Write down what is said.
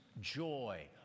Joy